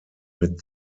mit